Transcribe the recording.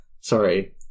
Sorry